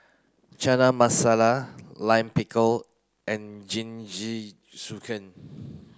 Chana Masala Lime Pickle and Jingisukan